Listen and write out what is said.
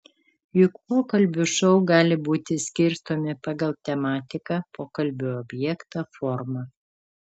juk pokalbių šou gali būti skirstomi pagal tematiką pokalbio objektą formą